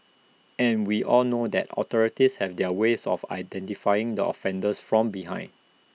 and we all know that authorities have their ways of identifying the offenders from behind